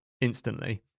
instantly